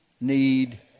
need